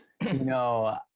No